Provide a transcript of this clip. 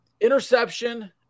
Interception